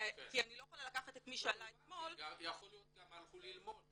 כי אני לא יכול לקחת את מי שעלה אתמול --- יכול להיות שגם הלכו ללמוד.